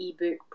ebook